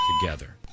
together